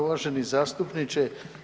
Uvaženi zastupniče.